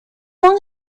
long